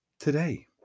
Today